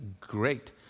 great